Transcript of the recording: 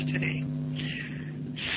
today